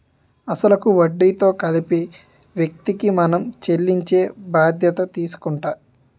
అసలు కు వడ్డీతో కలిపి వ్యక్తికి మనం చెల్లించే బాధ్యత తీసుకుంటాం